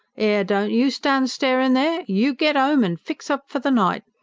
ere, don't you stand starin' there! you get ome, and fix up for the night.